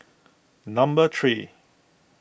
number three